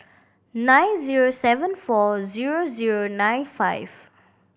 nine zero seven four zero zero nine five